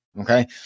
okay